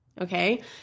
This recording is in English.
Okay